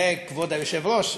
וכבוד היושב-ראש,